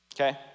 okay